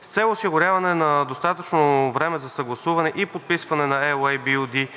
С цел осигуряване на достатъчно време за съгласуване и подписване на LOA